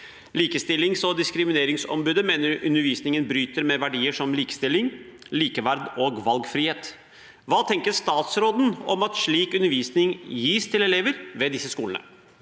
Likestillings- og diskrimineringsombudet mener undervisningen bryter med verdier som likestilling, likeverd og valgfrihet. Hva tenker statsråden om at slik undervisning gis til elever ved disse skolene?»